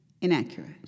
inaccurate